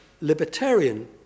libertarian